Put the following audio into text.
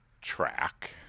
track